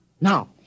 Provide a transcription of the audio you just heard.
Now